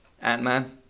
ant-man